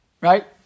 right